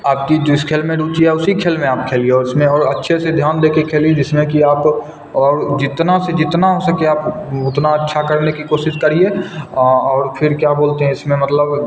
आपकी जिस खेल में रूचि है उसी खेल में आप खेलिए और उसमें और अच्छे से ध्यान दे कर खेलिए जिसमें कि आप और जितना से जितना हो सके आप वह उतना अच्छा करने की कोशिश करिए और फिर क्या बोलते इसमें मतलब